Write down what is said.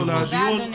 תודה אדוני.